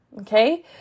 okay